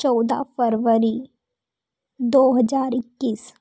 चौदह फ़रवरी दो हज़ार इक्कीस